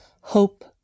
hope